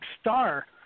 star